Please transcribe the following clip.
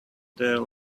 there